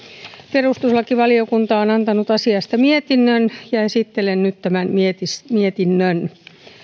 perustuslakivaliokunta on antanut asiasta mietinnön ja esittelen nyt tämän mietinnön